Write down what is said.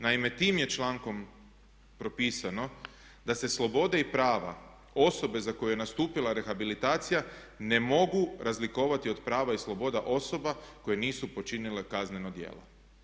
Naime, tim je člankom propisano da se slobode i prava osobe za koje je nastupila rehabilitacija ne mogu razlikovati od prava i sloboda osoba koje nisu počinile kazneno djelo.